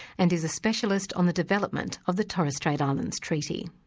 and is a specialist on the development of the torres strait islands treaty.